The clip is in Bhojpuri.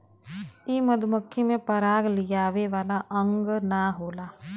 इ मधुमक्खी में पराग लियावे वाला अंग ना होला